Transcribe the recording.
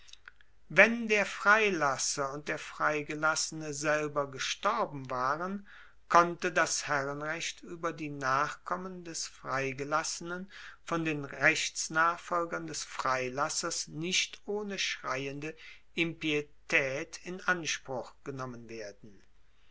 wenn der freilasser und der freigelassene selber gestorben waren konnte das herrenrecht ueber die nachkommen des freigelassenen von den rechtsnachfolgern des freilassers nicht ohne schreiende impietaet in anspruch genommen werden